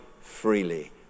freely